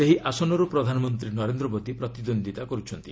ସେହି ଆସନରୁ ପ୍ରଧାନମନ୍ତ୍ରୀ ନରେନ୍ଦ୍ର ମୋଦି ପ୍ରତିଦ୍ୱନ୍ଦିତା କରୁଛନ୍ତି